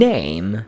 Name